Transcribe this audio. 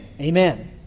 Amen